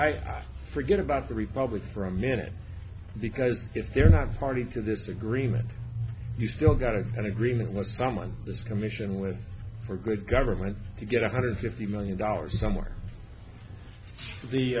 i forget about the republic for a minute because if they're not party to this agreement you still got an agreement what someone this commission with for good governance to get one hundred fifty million dollars somewhere the